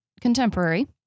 contemporary